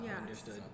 understood